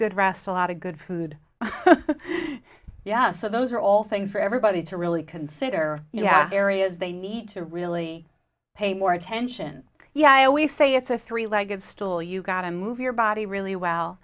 good rest a lot of good food yeah so those are all things for everybody to really consider you know areas they need to really pay more attention yeah i always say it's a three legged stool you got to move your body really well